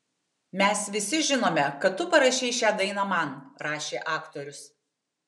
mes visi žinome kad tu parašei šią dainą man rašė aktorius